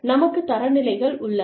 நமக்குத் தரநிலைகள் உள்ளன